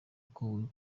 uko